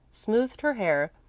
smoothed her hair,